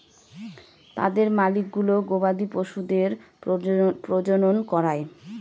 তাদের মালিকগুলো গবাদি পশুদের প্রজনন করায়